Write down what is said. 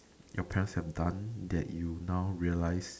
your parents have done that you now realize